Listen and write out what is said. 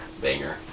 Banger